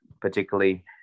particularly